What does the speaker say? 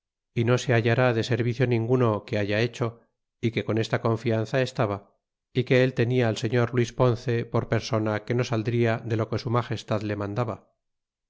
ninguno que haya hecho y que con esta confianza estaba y que él tenia al seirior luis ponce por persona que no saldria de lo que su magestadle mandaba